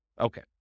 Okay